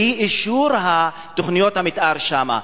אי-אישור תוכניות המיתאר שם.